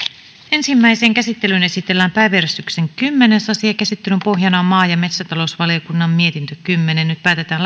ensimmäiseen käsittelyyn esitellään päiväjärjestyksen kymmenes asia käsittelyn pohjana on maa ja metsätalousvaliokunnan mietintö kymmenen nyt päätetään